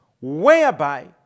whereby